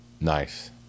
nice